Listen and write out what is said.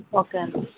okay అండి